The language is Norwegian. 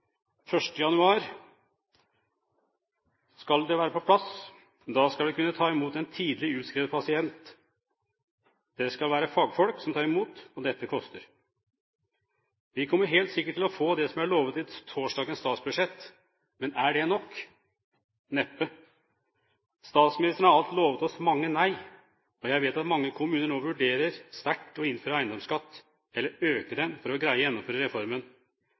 1. januar 2012 skal det være på plass. Da skal vi kunne ta imot en tidlig utskrevet pasient. Det skal være fagfolk som tar imot, og dette koster. Vi kommer helt sikkert til å få det som er lovet, i torsdagens statsbudsjett. Men er det nok? Neppe. Statsministeren har alt lovet oss mange nei. Jeg vet at mange kommuner nå sterkt vurderer å innføre eiendomsskatt, eller øke den, for å greie å gjennomføre reformen.